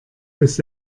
bis